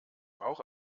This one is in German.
bauch